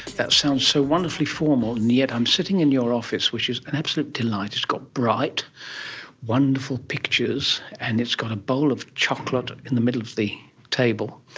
that sounds so wonderfully formal, and yet i'm sitting in your office which is an absolute delight, it's got bright wonderful pictures and it's got a bowl of chocolate in the middle of the table,